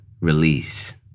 release